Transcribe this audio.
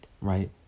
right